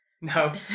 no